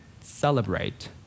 celebrate